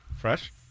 fresh